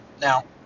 Now